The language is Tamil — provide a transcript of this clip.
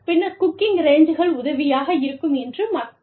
பின்னர் குக்கிங் ரேஞ்ச்கள் உதவியாக இருக்கும் என்று மக்கள் கூறினார்கள்